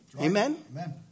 Amen